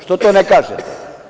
Zašto to ne kažete?